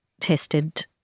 tested